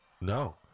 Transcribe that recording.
No